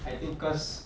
I think because